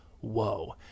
Whoa